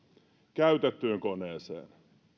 käytettyyn koneeseen